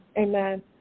Amen